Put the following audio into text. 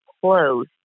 close